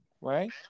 right